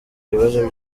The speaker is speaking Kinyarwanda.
ibibazo